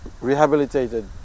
rehabilitated